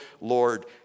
Lord